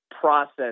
process